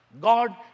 God